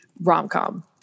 rom-com